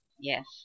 Yes